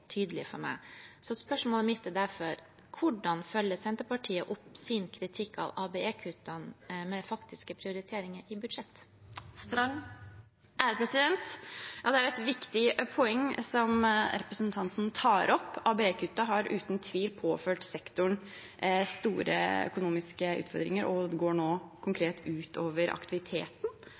tydelig for meg. Spørsmålet mitt er derfor: Hvordan følger Senterpartiet opp sin kritikk av ABE-kuttene med faktiske prioriteringer i budsjettet? Ja, det er et viktig poeng som representanten Sandberg tar opp. ABE-kuttene har uten tvil påført sektoren store økonomiske utfordringer. Det går nå konkret ut over aktiviteten,